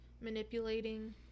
manipulating